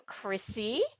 Chrissy